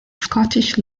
scottish